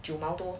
九毛多